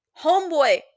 Homeboy